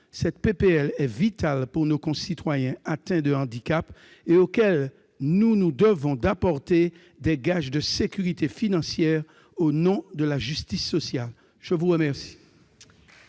de loi est vitale pour nos concitoyens atteints d'un handicap, auxquels nous nous devons d'apporter des gages de sécurité financière au nom de la justice sociale. La parole